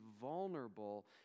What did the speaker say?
vulnerable